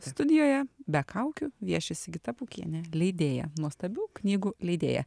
studijoje be kaukių vieši sigita pūkienė leidėja nuostabių knygų leidėja